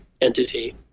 entity